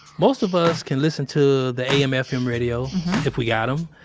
most of us can listen to the am fm radio if we got em.